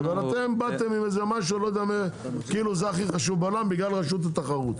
אבל אתם באתם עם איזה משהו כאילו זה הכי חשוב בעולם בגלל רשות התחרות.